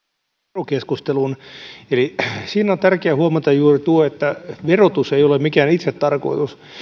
verokeskusteluun siinä on tärkeää huomata juuri tuo että verotus ei ole mikään itsetarkoitus